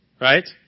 Right